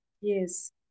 Yes